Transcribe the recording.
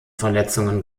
verletzungen